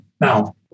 Now